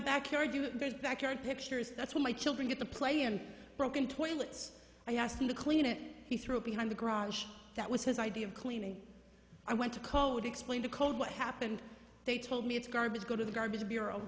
backyard you backyard pictures that's when my children get to play in broken toilets i asked him to clean it he threw behind the garage that was his idea of cleaning i went to code explain to code what happened they told me it's garbage go to the garbage bureau